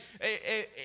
hey